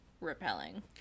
repelling